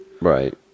Right